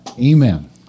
amen